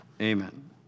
Amen